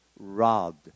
Robbed